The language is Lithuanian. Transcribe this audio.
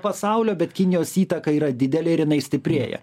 pasaulio bet kinijos įtaka yra didelė ir jinai stiprėja